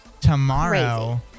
tomorrow